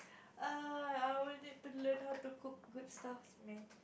err I will need to learn how to cook good stuff man